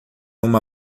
uma